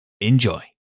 enjoy